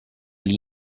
gli